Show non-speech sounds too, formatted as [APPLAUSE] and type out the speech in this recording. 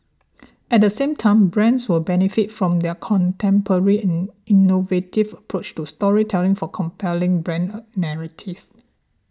at the same time brands will benefit from their contemporary and innovative approach to storytelling for compelling brand [HESITATION] narrative